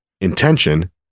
intention